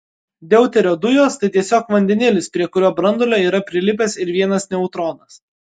deuterio dujos tai tiesiog vandenilis prie kurio branduolio yra prilipęs ir vienas neutronas